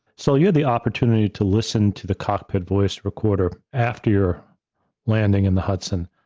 so, you had the opportunity to listen to the cockpit voice recorder after your landing in the hudson.